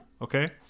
Okay